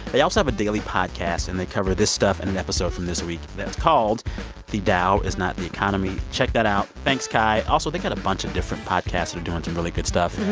they also have a daily podcast. and they cover this stuff in an episode from this week that's called the dow is not the economy. check that out. thanks, kai. also, they got a bunch of different podcasts that are doing some really good stuff.